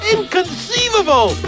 Inconceivable